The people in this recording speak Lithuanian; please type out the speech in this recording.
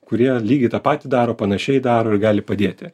kurie lygiai tą patį daro panašiai daro ir gali padėti